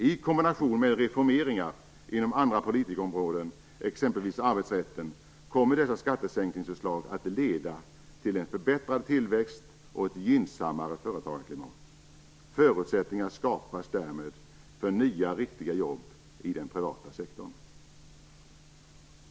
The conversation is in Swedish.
I kombination med reformeringar inom andra politikerområden, exempelvis arbetsrätten, kommer dessa skattesänkningsförslag att leda till en förbättrad tillväxt och ett gynnsammare företagarklimat. Förutsättningar skapas därmed för nya riktiga jobb i den privata sektorn.